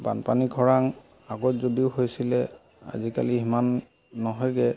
বানপানী খৰাং আগত যদিও হৈছিলে আজিকালি সিমান নহয়গৈ